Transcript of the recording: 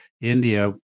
India